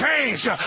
change